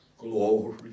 Glory